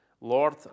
Lord